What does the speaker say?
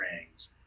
rings